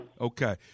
Okay